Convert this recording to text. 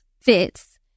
fits